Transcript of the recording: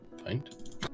Find